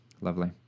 Lovely